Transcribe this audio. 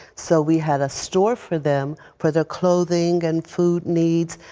so we had a store for them, for their clothing and food needs,